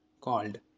called